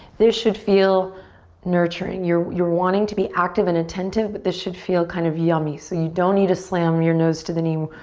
this should feel nurturing. you're wanting to be active and attentive but this should feel kind of yummy so you don't need to slam your nose to the knee.